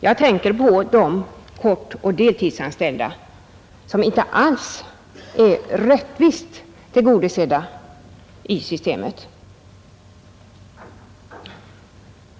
Jag tänker på de korttidsoch deltidsanställda, som inte alls är rättvist tillgodosedda i systemet.